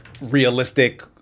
realistic